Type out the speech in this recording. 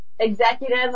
executive